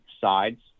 sides